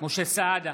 משה סעדה,